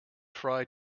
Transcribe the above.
fry